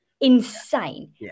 insane